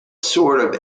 sort